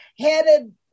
headed